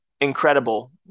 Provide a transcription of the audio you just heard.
incredible